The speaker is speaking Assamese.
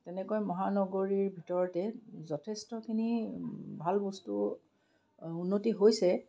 তেনেকৈ মহানগৰীৰ ভিতৰতে যথেষ্টখিনি ভাল বস্তু উন্নতি হৈছে